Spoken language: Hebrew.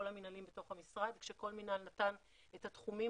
המנהלים בתוך המשרד כשכל מינהל נתן את התחומים